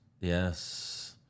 Yes